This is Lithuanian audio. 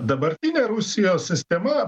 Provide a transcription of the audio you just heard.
dabartinė rusijos sistema